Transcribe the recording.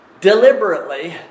deliberately